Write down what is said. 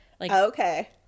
okay